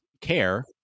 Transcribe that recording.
care